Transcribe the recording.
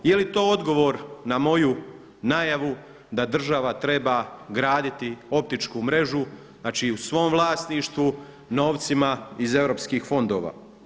Jeli to odgovor na moju najavu da država treba graditi optičku mrežu znači u svom vlasništvu novcima iz europskih fondova?